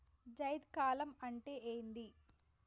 జైద్ కాలం అంటే ఏంది?